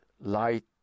light